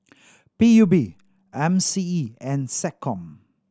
P U B M C E and SecCom